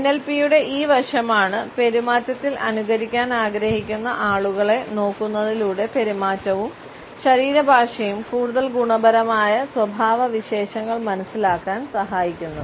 എൻഎൽപിയുടെ ഈ വശമാണ് പെരുമാറ്റത്തിൽ അനുകരിക്കാൻ ആഗ്രഹിക്കുന്ന ആളുകളെ നോക്കുന്നതിലൂടെ പെരുമാറ്റവും ശരീരഭാഷയും കൂടുതൽ ഗുണപരമായ സ്വഭാവവിശേഷങ്ങൾ മനസിലാക്കാൻ സഹായിക്കുന്നത്